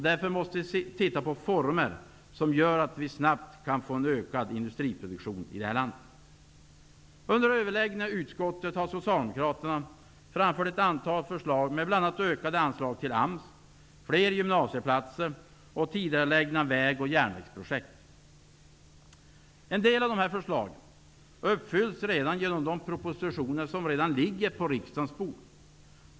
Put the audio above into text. Vi måste finna former som gör att vi snabbt kan få en ökad industriproduktion i vårt land. Under överläggningarna i utskottet har socialdemokraterna framfört ett antal förslag med bl.a. ökade anslag till AMS, fler gymnasieplatser och tidigareläggning av väg och järnvägsprojekt. En del av dessa förslag uppfylls redan genom de propositioner som ligger på riksdagens bord.